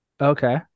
okay